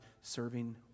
serving